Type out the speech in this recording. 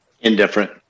Indifferent